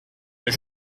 l’as